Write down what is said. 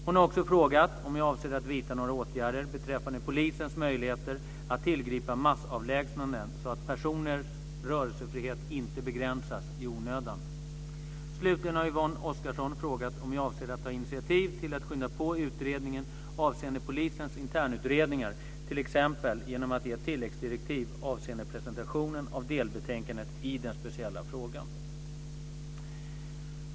Hon har också frågat om jag avser att vidta några åtgärder beträffande polisens möjligheter att tillgripa massavlägsnanden så att personers rörelsefrihet inte begränsas i onödan. Slutligen har Yvonne Oscarsson frågat om jag avser att ta initiativ till att skynda på utredningen avseende polisens internutredningar, t.ex. genom att ge tilläggsdirektiv avseende presentation av delbetänkande i den speciella frågan.